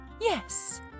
Yes